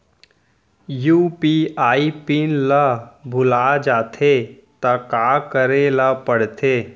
UPI PIN ल भुला जाथे त का करे ल पढ़थे?